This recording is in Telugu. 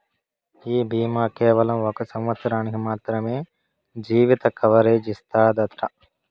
ఈ బీమా కేవలం ఒక సంవత్సరానికి మాత్రమే జీవిత కవరేజ్ ఇస్తాదట